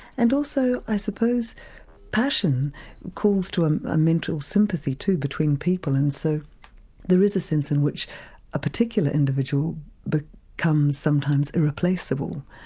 and also i suppose passion calls to ah a mental sympathy, too, between people. and so there is a sense in which a particular individual but becomes sometimes irreplaceable,